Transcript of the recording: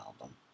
album